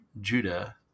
Judah